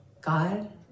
God